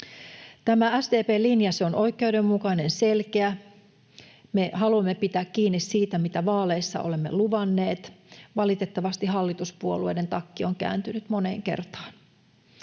Tämä SDP:n linja on oikeudenmukainen, selkeä. Me haluamme pitää kiinni siitä, mitä vaaleissa olemme luvanneet — valitettavasti hallituspuolueiden takki on kääntynyt moneen kertaan.